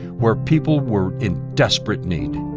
where people were in desperate need.